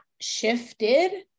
shifted